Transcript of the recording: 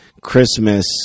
Christmas